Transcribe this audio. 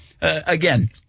Again